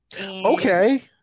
Okay